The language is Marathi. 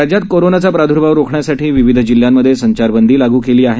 राज्यात कोरोनाचा प्रदर्भाव रोखण्यासाठी विविध जिल्ह्यांमध्ये संचारबंदी लागू केली आहे